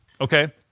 Okay